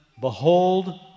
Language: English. behold